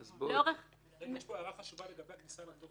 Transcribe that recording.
יש כאן הערה חשובה לגבי הכניסה לתוקף.